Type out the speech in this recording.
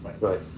right